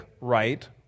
right